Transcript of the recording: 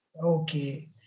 okay